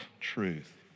truth